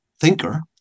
thinker